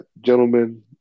gentlemen